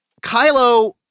Kylo